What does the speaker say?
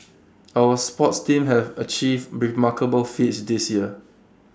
our sports teams have achieved remarkable feats this year